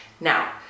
Now